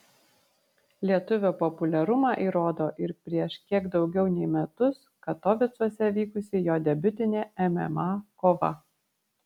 lietuvio populiarumą įrodo ir prieš kiek daugiau nei metus katovicuose vykusi jo debiutinė mma kova